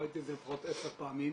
וראיתי לפחות עשר פעמים.